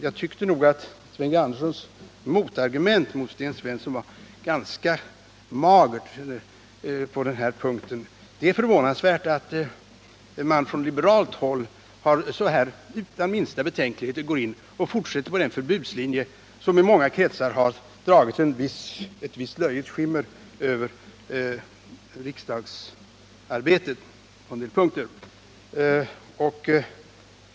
Jag tycker att Sven G. Anderssons motargument mot Sten Svensson var ganska magert på den här punkten. Det är förvånansvärt att man från liberalt håll utan minsta betänkligheter fortsätter på den förbudslinje som i många kretsar dragit ett visst löjets skimmer över riksdagsarbetet på en del punkter.